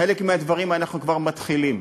חלק מהדברים אנחנו כבר מתחילים,